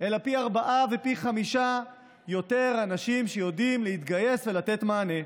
אלא פי ארבעה ופי חמישה יותר אנשים שיודעים להתגייס ולתת מענה.